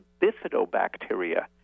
bifidobacteria